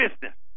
business